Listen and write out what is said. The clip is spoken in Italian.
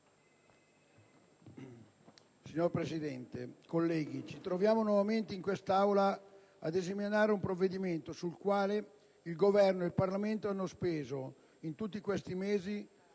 Signor Presidente, colleghi, ci troviamo nuovamente in quest'Aula ad esaminare un provvedimento sul quale il Governo e il Parlamento hanno speso, in tutti questi mesi,